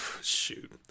shoot